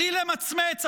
בלי למצמץ,